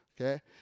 okay